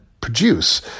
produce